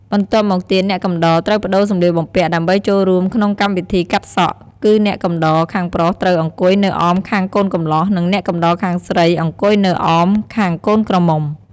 បន្ទាប់មកទៀតអ្នកកំដរត្រូវប្តូរសម្លៀកបំពាក់ ដើម្បីចូលរួមក្នុងកម្មវិធីកាត់សក់ គឺអ្នកកំដរខាងប្រុសត្រូវអង្គុយនៅអមខាងកូនកម្លោះនិងអ្នកកំដរខាងស្រីអង្គុយនៅអមខាងកូនក្រមុំ។